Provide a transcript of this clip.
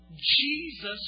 Jesus